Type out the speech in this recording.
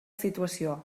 situació